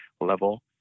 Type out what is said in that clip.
level